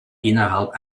innerhalb